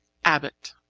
abbott